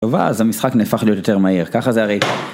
טוב, אז המשחק נהפך להיות יותר מהר, ככה זה הרי...